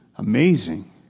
Amazing